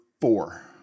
four